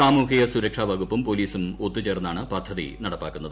സാമൂഹ്യ സൂരക്ഷ വകുപ്പും പോലീസും ഒത്തുചേർന്നാണ് പദ്ധതി നടപ്പാക്കുന്നത്